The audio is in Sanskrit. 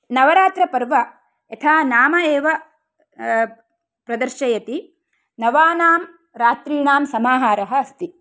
नवरात्रपर्व यथा नाम एव प्रदर्शयति नवानां रात्रीणां समाहारः अस्ति